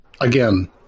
again